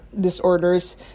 disorders